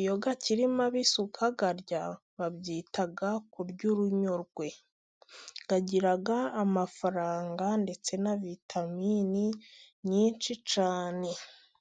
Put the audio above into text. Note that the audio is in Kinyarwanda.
iyo akiri mabisi ukayarya babyita kurya urunyogwe, agira amafaranga ndetse na vitaminini nyinshi cyane.